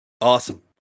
Awesome